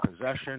possession